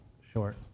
short